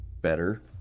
better